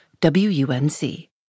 WUNC